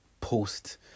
post